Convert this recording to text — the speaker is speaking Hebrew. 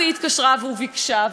התקשרה וביקשה,